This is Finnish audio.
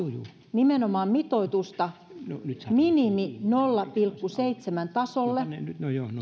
nimenomaan mitoitusta nolla pilkku seitsemän minimitasolle